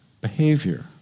behavior